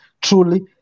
truly